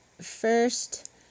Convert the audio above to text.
first